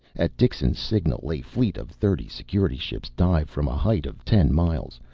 at dixon's signal a fleet of thirty security ships dived from a height of ten miles,